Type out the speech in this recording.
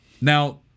Now